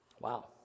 Wow